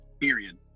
period